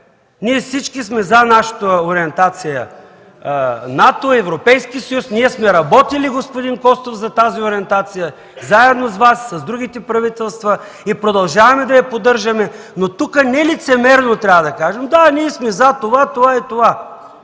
Ние всички сме „за” нашата ориентация към НАТО и Европейския съюз. Ние сме работили, господин Костов, за тази ориентация заедно с Вас, с другите правителства и продължаваме да я поддържаме, но тук нелицемерно трябва да кажем: Да, ние сме за това, това и това.